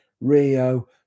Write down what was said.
rio